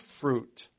fruit